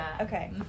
okay